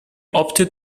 opted